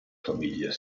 famiglia